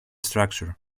structure